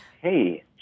Hey